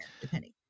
depending